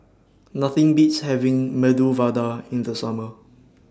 Nothing Beats having Medu Vada in The Summer